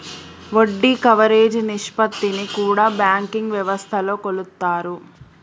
వడ్డీ కవరేజీ నిష్పత్తిని కూడా బ్యాంకింగ్ వ్యవస్థలో కొలుత్తారు